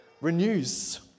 renews